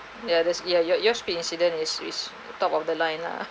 yeah that's yeah your squid incident is is top of the line lah